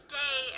day